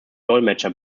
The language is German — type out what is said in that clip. dolmetscher